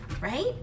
right